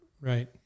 Right